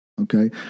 okay